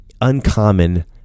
uncommon